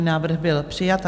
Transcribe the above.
Návrh byl přijat.